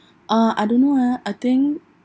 uh I don't know ah I think